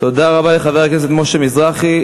תודה רבה לחבר הכנסת משה מזרחי.